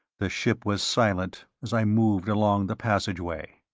the ship was silent as i moved along the passageway.